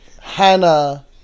Hannah